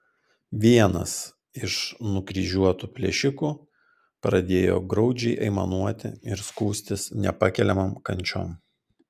vienas iš nukryžiuotų plėšikų pradėjo graudžiai aimanuoti ir skųstis nepakeliamom kančiom